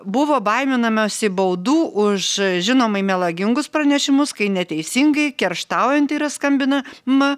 buvo baiminamasi baudų už žinomai melagingus pranešimus kai neteisingai kerštaujant yra skambina ma